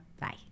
Bye